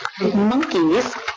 monkeys